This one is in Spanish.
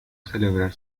celebrar